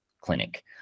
clinic